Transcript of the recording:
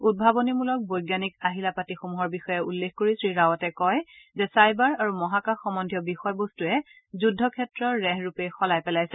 উদ্ভাৱনীমূলক বৈজ্ঞানিক আহিলাপাতিসমূহৰ বিষয়ে উল্লেখ কৰি শ্ৰীৰাৱাটে কয় যে চাইবাৰ আৰু মহাকাশ সম্বন্ধীয় বিষয়বস্তৱে যুদ্ধক্ষেত্ৰৰ ৰেহৰূপেই সলাই পেলাইছে